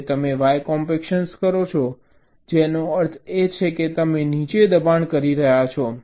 હવે તમે Y compaction કરો છો જેનો અર્થ છે કે તમે નીચે દબાણ કરી રહ્યા છો